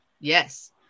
Yes